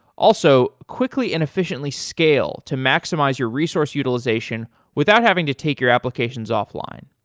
also, quickly and efficiently scale to maximize your resource utilization without having to take your applications off-line.